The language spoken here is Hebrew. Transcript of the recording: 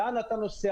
לאן אתה נוסע,